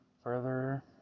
further